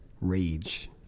rage